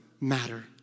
matter